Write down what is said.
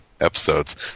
episodes